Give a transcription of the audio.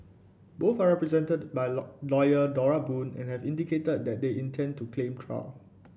both are represented by lawyer Dora Boon and have indicated that they intend to claim trial